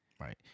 Right